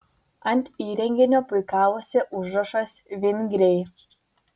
ant įrenginio puikavosi užrašas vingriai